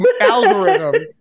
algorithm